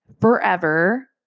forever